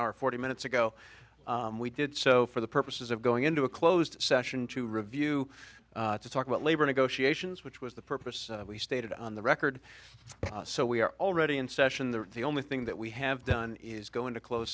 hour forty minutes ago we did so for the purposes of going into a closed session to review to talk about labor negotiations which was the purpose we stated on the record so we are already in session the the only thing that we have done is going to close